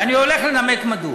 ואני הולך לנמק מדוע.